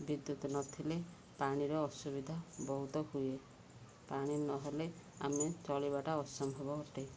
ବିଦ୍ୟୁତ ନଥିଲେ ପାଣିର ଅସୁବିଧା ବହୁତ ହୁଏ ପାଣି ନହଲେ ଆମେ ଚଳିବାଟା ଅସମ୍ଭବ ଅଟେ